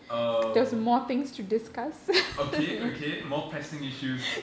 oh okay okay more pressing issues